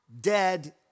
dead